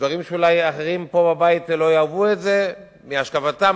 דברים שאולי אחרים פה בבית לא יאהבו את זה בגלל השקפתם,